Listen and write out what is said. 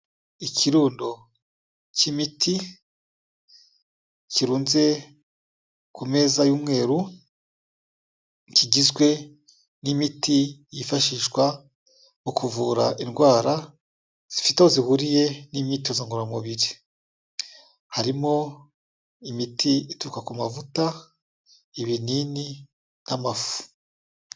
Ikirundo cy'imiti kirunze ku meza y'umweru, kigizwe n'imiti yifashishwa mu kuvura indwara zifite aho zihuriye n'imyitozo ngororamubiri. Harimo imiti ituruka ku mavuta, ibinini n'amafu.